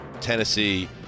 Tennessee